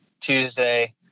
Tuesday